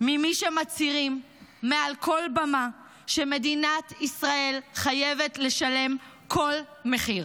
ממי שמצהירים מעל כל במה שמדינת ישראל חייבת לשלם כל מחיר.